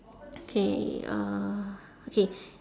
okay uh okay